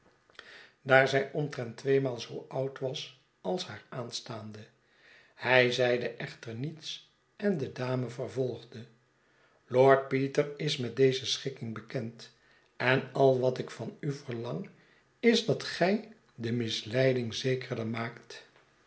daar zij omtrent tweemaal zoo oud was als haar aanstaande hij zeide echter niets en de dame vervolgde lord peter is met deze schikking bekend en al wat ik van u verlang is dat gij de misleiding zekerder maakt